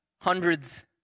hundreds